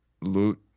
loot